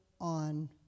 on